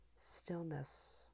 stillness